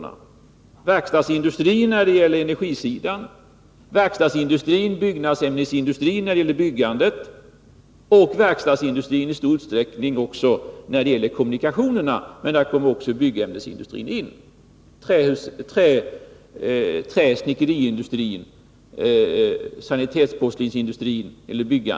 Det gällde verkstadsindustrin i fråga om industrisidan, verkstadsindustrin och byggnadsämnesindustrin i fråga om byggandet och kommunikationerna, och i fråga om byggandet berördes även träoch snickeriindustrin och sanitetsporslinsindustrin.